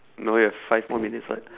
no you've five more minutes [what]